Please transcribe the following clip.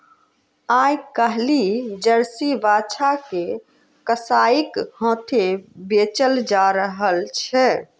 आइ काल्हि जर्सी बाछा के कसाइक हाथेँ बेचल जा रहल छै